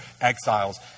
exiles